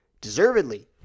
deservedly